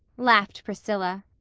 laughed priscilla.